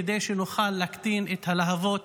כדי שנוכל להקטין את הלהבות